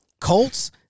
Colts